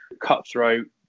cutthroat